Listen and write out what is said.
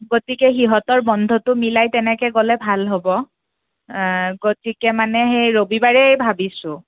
গতিকে সিহঁতৰ বন্ধটো মিলাই তেনেকৈ গ'লে ভাল হ'ব গতিকে মানে সেই ৰবিবাৰেই ভাবিছোঁ